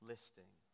listing